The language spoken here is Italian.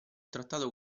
trattato